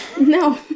No